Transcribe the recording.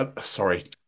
Sorry